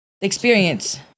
experience